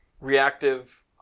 reactive